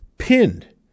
pinned